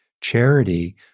charity